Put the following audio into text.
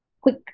quick